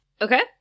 Okay